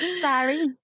Sorry